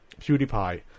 PewDiePie